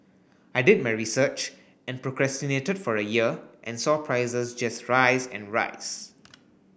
I did my research and procrastinated for a year and saw prices just rise and rise